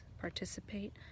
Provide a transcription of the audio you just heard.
participate